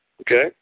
okay